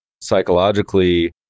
psychologically